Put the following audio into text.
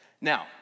Now